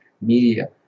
media